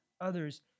others